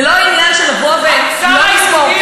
זה לא עניין של לבוא ולא לספור.